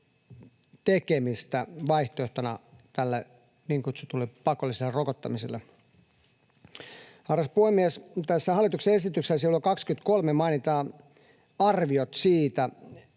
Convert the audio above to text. tekemistä vaihtoehtona tälle niin kutsutulle pakolliselle rokottamiselle. Arvoisa puhemies! Tässä hallituksen esityksessä sivulla 23 mainitaan arviot siitä,